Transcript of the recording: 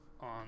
on